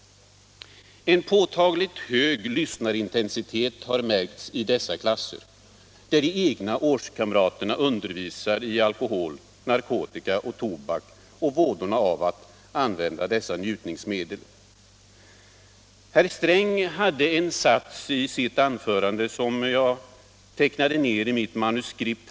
En påtagligt hög lyssnarintensitet har märkts i dessa klasser, där de egna årskamraterna undervisar om alkohol, narkotika och tobak och vådorna av att använda dessa njutningsmedel. Herr Sträng hade en sats i sitt anförande som jag tecknade ned i mitt manuskript.